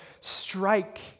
strike